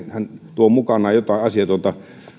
tuo mukanaan jotain asiatonta